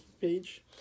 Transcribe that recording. page